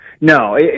No